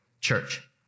church